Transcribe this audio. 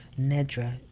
Nedra